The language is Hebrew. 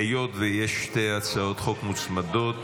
היות שיש שתי הצעות חוק מוצמדות,